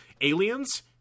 aliens